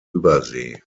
übersee